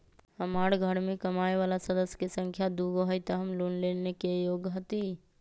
हमार घर मैं कमाए वाला सदस्य की संख्या दुगो हाई त हम लोन लेने में योग्य हती?